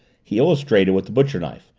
he illustrated with the butcher knife,